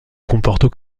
comportent